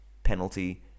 penalty